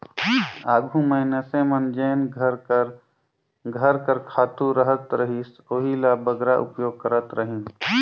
आघु मइनसे मन जेन घर कर घर कर खातू रहत रहिस ओही ल बगरा उपयोग करत रहिन